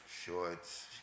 Shorts